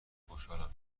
خوشحالم